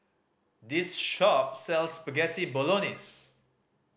this shop sells Spaghetti Bolognese